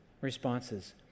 responses